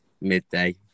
midday